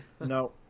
No